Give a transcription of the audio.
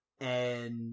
and-